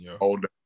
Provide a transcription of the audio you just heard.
older